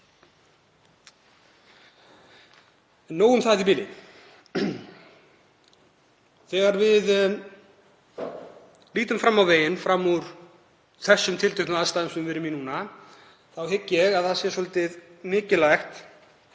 Nóg um það í bili. Þegar við lítum fram á veginn, fram úr þeim tilteknum aðstæðum sem við erum í núna, þá hygg ég að það sé svolítið mikilvægt